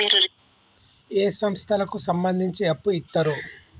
ఏ సంస్థలకు సంబంధించి అప్పు ఇత్తరు?